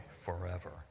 forever